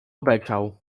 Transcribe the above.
beczał